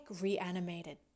reanimated